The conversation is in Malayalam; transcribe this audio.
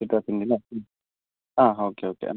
സിട്രിസയിൻ അല്ലേ അ ഓക്കെ ഓക്കെ